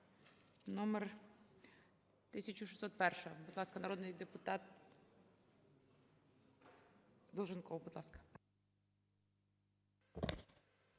номер 1601. Будь ласка, народний депутат Долженков. Будь ласка.